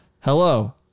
Hello